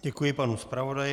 Děkuji panu zpravodaji.